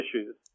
issues